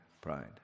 pride